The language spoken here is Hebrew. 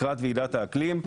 לקראת ועידת האקלים,